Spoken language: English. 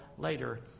later